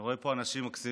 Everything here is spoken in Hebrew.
אני רואה פה אנשים מקסימים.